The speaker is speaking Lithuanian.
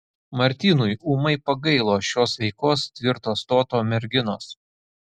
martynui ūmai pagailo šios sveikos tvirto stoto merginos